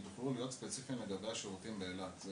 אם תוכלו להיות ספציפיים לגבי השירותים באילת.